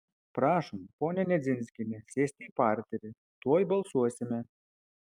prašom ponia nedzinskiene sėsti į parterį tuoj balsuosime